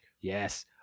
Yes